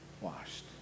washed